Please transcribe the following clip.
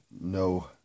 No